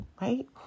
right